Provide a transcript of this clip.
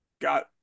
got